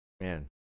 man